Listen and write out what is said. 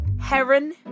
Heron